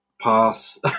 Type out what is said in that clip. pass